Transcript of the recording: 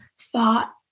thought